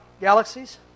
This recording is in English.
galaxies